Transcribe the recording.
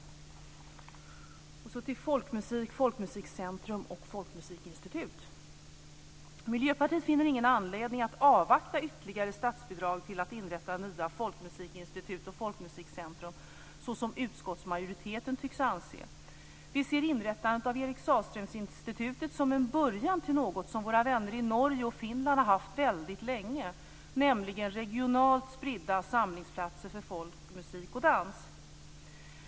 Sedan ska jag tala om folkmusik, folkmusikcentrum och folkmusikinstitut. Miljöpartiet finner ingen anledning att avvakta ytterligare statsbidrag till att inrätta nya folkmusikinstitut och folkmusikcentrum, som utskottsmajoriteten tycks anse. Vi ser inrättandet av Eric Sahlströminstitutet som en början till något som våra vänner i Norge och Finland har haft väldigt länge, nämligen regionalt spridda samlingsplatser för folkmusik och dans.